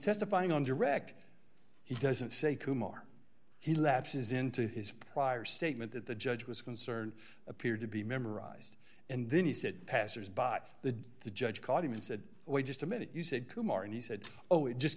testifying on direct he doesn't say kumar he lapses into his prior statement that the judge was concerned appeared to be memorized and then he said passers by the the judge caught him and said wait just a minute you said kumar and he said oh it just